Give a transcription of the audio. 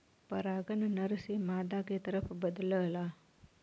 परागन नर से मादा के तरफ बदलला